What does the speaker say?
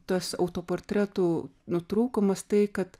tas autoportretų nu trūkumas tai kad